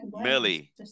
Millie